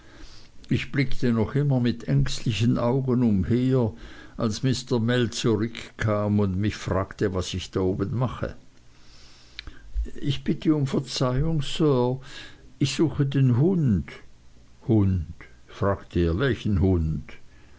ich blickte immer noch mit ängstlichen augen umher als mr mell zurückkam und mich fragte was ich da oben mache ich bitte um verzeihung sir ich suche den hund hund fragte er welchen hund